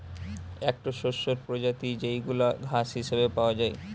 একটো শস্যের প্রজাতি যেইগুলা ঘাস হিসেবে পাওয়া যায়